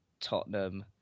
Tottenham